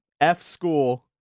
f-school